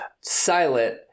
silent